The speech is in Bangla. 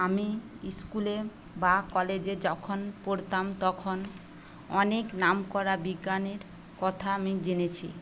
আমি স্কুলে বা কলেজে যখন পড়তাম তখন অনেক নামকরা বিজ্ঞানীর কথা আমি জেনেছি